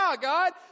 God